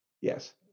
yes